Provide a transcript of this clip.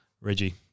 Reggie